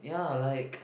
ya like